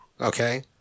Okay